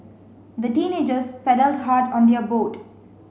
the teenagers paddled hard on their boat